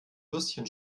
würstchen